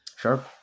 Sure